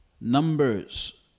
Numbers